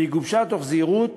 והיא גובשה בזהירות